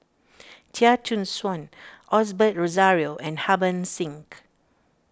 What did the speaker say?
Chia Choo Suan Osbert Rozario and Harbans Singh